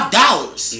dollars